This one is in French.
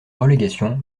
relégation